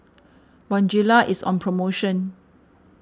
Bonjela is on promotion